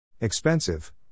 Expensive